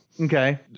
Okay